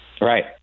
Right